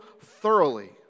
thoroughly